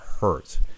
hurt